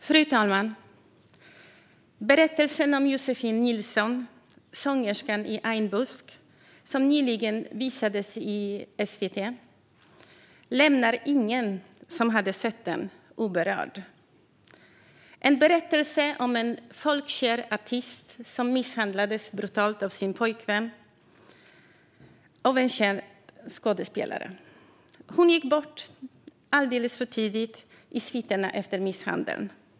Fru talman! Berättelsen om Josefin Nilsson, sångerskan i Ainbusk, som nyligen visades i SVT, lämnar ingen som sett den oberörd. Det är en berättelse om en folkkär artist som misshandlades brutalt av sin pojkvän - en känd skådespelare. Hon gick bort alldeles för tidigt i sviterna efter misshandeln.